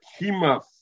kima